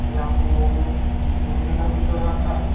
कि आपको डूबने का भी डर रहता है